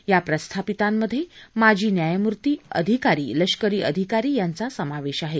या प्रस्थापितांमध्ये माजी न्यायमूर्ती अधिकारी लष्करी अधिकारी आदींचा सामावेश आहे